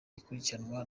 ukurikiranwa